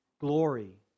glory